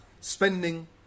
spending